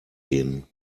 gehen